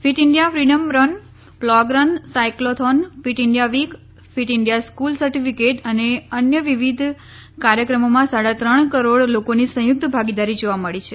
fit India freedom run plog run cyclothon fit India week fit India school certificate અને અન્ય વિવિધ કાર્યક્રમોમાં સાડા ત્રણ કરોડ લોકોની સંયુક્ત ભાગીદારી જોવા મળી છે